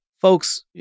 folks